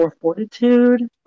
fortitude